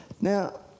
Now